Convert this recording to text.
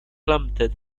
plummeted